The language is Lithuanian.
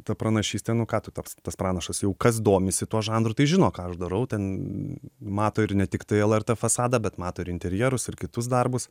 ta pranašystė nu ką tu toks tas pranašas jau kas domisi tuo žanru tai žino ką aš darau ten mato ir ne tiktai lrt fasadą bet mato ir interjerus ir kitus darbus